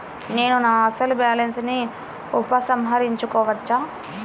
నేను నా అసలు బాలన్స్ ని ఉపసంహరించుకోవచ్చా?